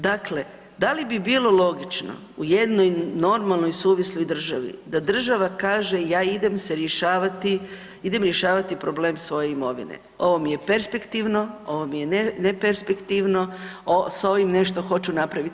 Dakle, da li bi bilo logično u jednoj normalnoj i suvisloj državi da država kaže ja idem se rješavati, idem rješavati problem svoje imovine, ovo mi je perspektivno, ovo mi je neperspektivno, s ovim nešto hoću napraviti.